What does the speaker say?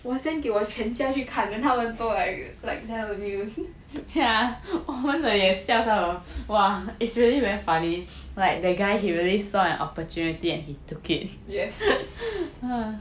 我 send 给我全家去看见 then 他们都 like very amused yes